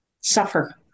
suffer